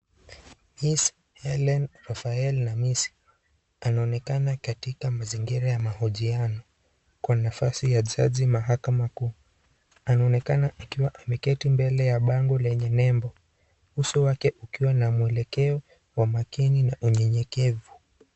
Ms. Helene Rafaela Namisi anaonekana katika mazingira ya mahojiano kwa nafasi ya Jaji Mahakama Kuu. Anaonekana akiwa ameketi mbele ya bango lenye nembo; uso wake ukiwa na mwelekeo wa makini na unyenyekevu.